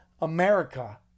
America